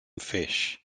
fish